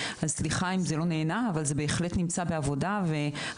סליחה אם המכתב לא נענה אבל הוא בהחלט נמצא בעבודה ואנחנו